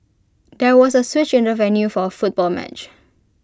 there was A switch in the venue for A football match